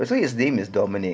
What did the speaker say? actually his name is dominic